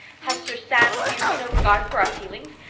has sir sam hughes no regard for our feelings?